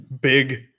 Big